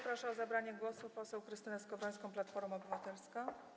Proszę o zabranie głosu poseł Krystynę Skowrońską, Platforma Obywatelska.